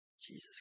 Jesus